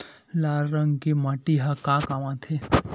लाल रंग के माटी ह का काम आथे?